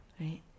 Right